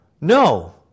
No